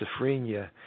schizophrenia